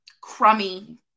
crummy